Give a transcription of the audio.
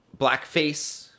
blackface